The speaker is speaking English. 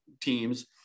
teams